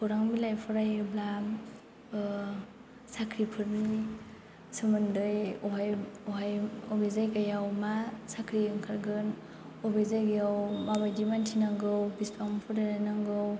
खौरां बिलाइ फरायाेब्ला साख्रिफोरनि सोमोन्दै अहाय अहाय बबे जायगायाव मा साख्रि ओंखारगोन बबे जायगायाव माबायदि मानसि नांगौ बेसेबां फरायनाय नांगौ